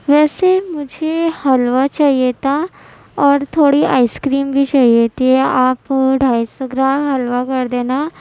ویسے مجھے حلوہ چاہیے تھا اور تھوڑی آئس کریم بھی چاہیے تھی آپ ڈھائی سو گرام حلوہ کر دینا